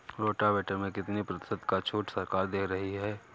Rotavator में कितनी प्रतिशत का छूट सरकार दे रही है?